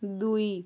ଦୁଇ